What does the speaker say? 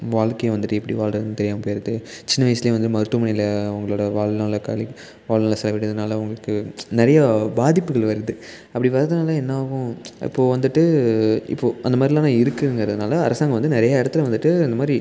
வாழ்க்கைய வந்துவிட்டு எப்படி வாழ்றதுன்னு தெரியாமல் போயிடுது சின்ன வயசுலேயே வந்து மருத்துவமனையில் அவங்களோட வாழ்நாள கழி வாழ்நாள செலவிடுவதனால அவங்களுக்கு நிறையா பாதிப்புகள் வருது அப்படி வர்றதுனால் என்ன ஆகும் இப்போது வந்துவிட்டு இப்போது அந்த மாதிரிலாம் நான் இருக்குங்கிறதுனால அரசாங்கம் வந்து நிறையா இடத்துல வந்துவிட்டு இந்த மாதிரி